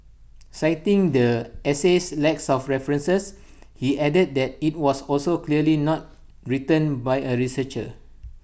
citing the essay's lacks of references he added that IT was also clearly not written by A researcher